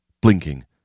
blinking